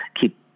keep